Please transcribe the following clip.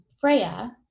Freya